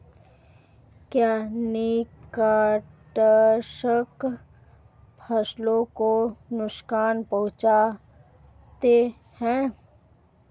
क्या कीटनाशक फसलों को नुकसान पहुँचाते हैं?